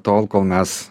tol kol mes